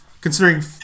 considering